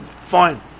fine